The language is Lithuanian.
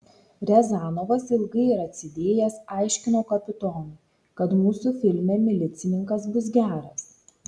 riazanovas ilgai ir atsidėjęs aiškino kapitonui kad mūsų filme milicininkas bus geras